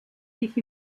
sich